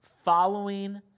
following